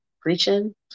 preaching